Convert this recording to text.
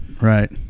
right